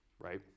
right